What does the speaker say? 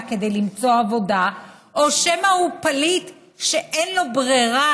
כדי למצוא עבודה או שמא הוא פליט שאין לו ברירה,